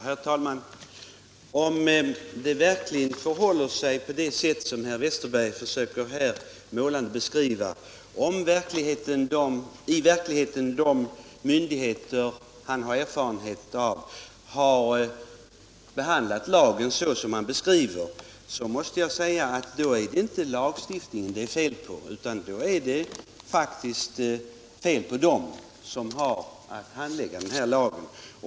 Herr talman! Om det verkligen förhåller sig på det sätt som herr Westerberg här så målande beskriver, om de myndigheter han har erfarenhet från i verkligheten har behandlat lagen så som han beskriver, då är det inte lagstiftningen det är fel på, då är det faktiskt fel på den som har att handlägga denna lag.